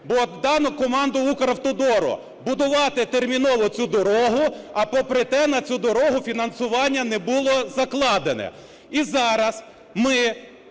бо дано команду Укравтодору будувати терміново цю дорогу, а попри те на цю дорогу фінансування не було закладене. І зараз ми